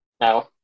No